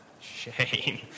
Shame